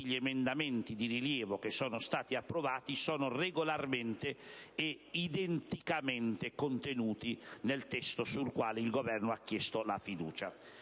gli emendamenti di rilievo approvati sono regolarmente e identicamente contenuti nel testo sul quale il Governo ha chiesto la fiducia.